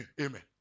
Amen